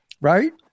right